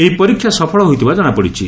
ଏହି ପରୀକ୍ଷା ସଫଳ ହୋଇଥିବା ଜଣାପଡ଼ିଛି